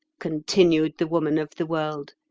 continued the woman of the world,